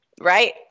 right